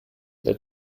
that